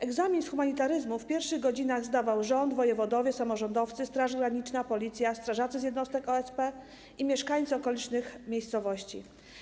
Egzamin z humanitaryzmu w pierwszych godzinach zdawał rząd, wojewodowie, samorządowcy, Straż Graniczna, Policja, strażacy z jednostek OSP i mieszkańcy okolicznych miejscowości.